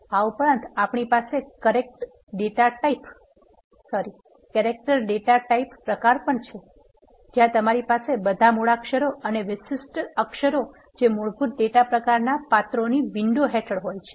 આ ઉપરાંતઆપણી પાસે કેરેક્ટર ડેટા ટાઇપ પ્રકાર પણ છે જ્યાં તમારી પાસે બધા મૂળાક્ષરો અને વિશિષ્ટ અક્ષરો જે મૂળભૂત ડેટા પ્રકારનાં પાત્રોની વિંડો હેઠળ હોય છે